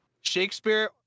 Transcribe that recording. shakespeare